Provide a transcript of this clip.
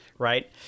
Right